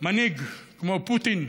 מנהיג כמו פוטין,